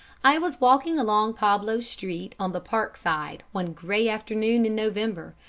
i was walking along pablo street on the park side, one grey afternoon in november,